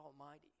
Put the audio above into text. Almighty